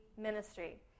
ministry